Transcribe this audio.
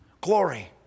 glory